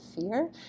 fear